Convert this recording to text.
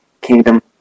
Kingdom